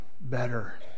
better